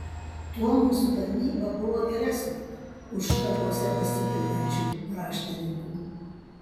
tuo mūsų tarnyba buvo geresnė už štabuose besitrinančių raštininkų